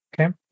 Okay